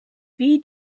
wie